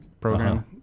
program